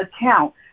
account